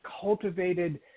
cultivated